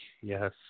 Yes